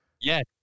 Yes